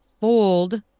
fold